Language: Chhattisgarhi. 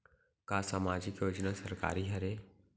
का सामाजिक योजना सरकारी हरे?